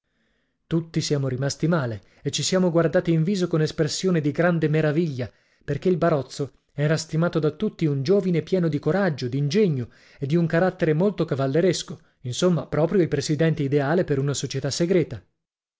tutti siamo rimasti male e ci siamo guardati in viso con espressione di grande meraviglia perché il barozzo era stimato da tutti un giovine pieno di coraggio d'ingegno e di un carattere molto cavalleresco insomma proprio il presidente ideale per una società segreta